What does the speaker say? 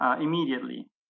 Immediately